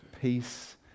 peace